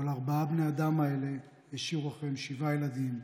אבל ארבעת בני האדם האלה השאירו אחריהם שבעה ילדים,